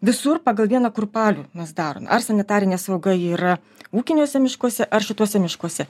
visur pagal vieną kurpalių mes darome ar sanitarinė sauga yra ūkiniuose miškuose ar šituose miškuose